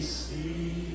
see